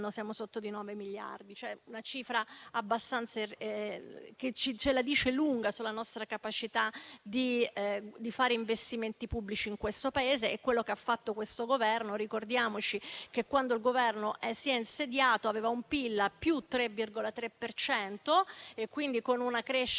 ancora sotto di 9 miliardi, una cifra che la dice lunga sulla nostra capacità di fare investimenti pubblici in questo Paese e su quello che ha fatto questo Governo. Ricordiamoci che quando il Governo si è insediato avevamo un PIL del più 3,3 per cento, con una crescita